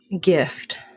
gift